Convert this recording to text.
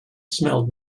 smelled